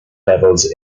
levels